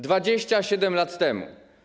27 lat temu.